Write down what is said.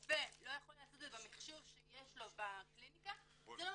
שרופא לא יכול לעשות את זה במחשוב שיש לו בקליניקה זה לא נכון.